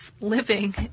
living